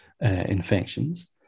infections